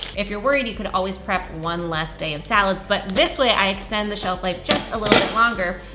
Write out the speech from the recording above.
if you're worried, you could always prep one less day of salads. but this way i extend the shelf life just a little bit longer.